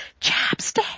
Chapstick